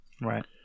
Right